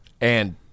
And-